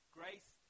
grace